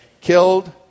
killed